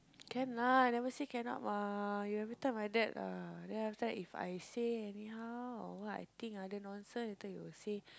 can lah I never say cannot mah you every time like that lah then after that if I say anyhow or what I think other nonsense later you will say